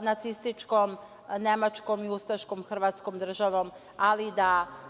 nacističkom Nemačkom i ustaškom hrvatskom državom, ali da